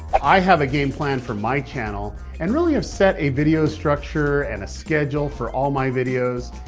i have a game plan for my channel and really have set a video structure and a schedule for all my videos.